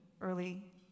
early